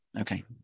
Okay